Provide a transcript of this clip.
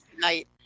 night